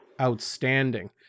outstanding